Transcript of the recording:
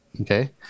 Okay